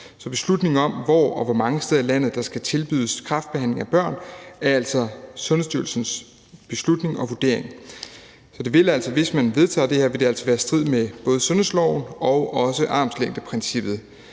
Så beslutningen om, hvor og hvor mange steder i landet der skal tilbydes kræftbehandling af børn, er altså Sundhedsstyrelsens beslutning og vurdering. Så det vil altså, hvis man vedtager det her, være i strid med både sundhedsloven og også armslængdeprincippet,